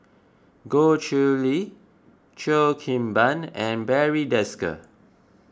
Goh Chiew Lye Cheo Kim Ban and Barry Desker